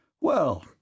Well